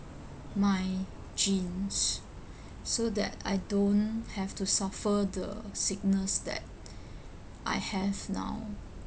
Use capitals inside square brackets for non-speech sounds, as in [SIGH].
my genes [BREATH] so that I don't have to suffer the sickness that [BREATH] I have now